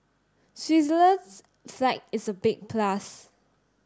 Switzerland's flag is a big plus